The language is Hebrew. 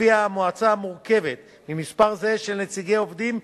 שלפיה המועצה מורכבת ממספר זהה של נציגי עובדים,